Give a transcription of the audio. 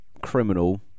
criminal